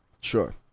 Sure